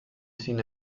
sin